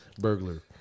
burglar